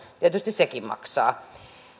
tietysti sekin maksaa